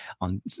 on